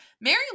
Mary